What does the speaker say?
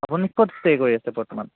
আপুনি ক'ত ষ্টে কৰি আছে বৰ্তমান